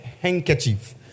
handkerchief